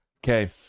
Okay